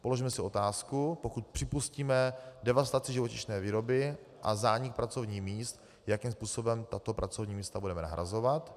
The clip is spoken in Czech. Položme si otázku, pokud připustíme devastaci živočišné výroby a zánik pracovních míst, jakým způsobem tato pracovní místa budeme nahrazovat.